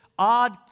odd